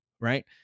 right